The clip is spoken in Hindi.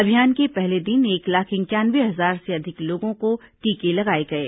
अभियान के पहले दिन एक लाख इंक्यानवे हजार से अधिक लोगों को टीके लगाये गये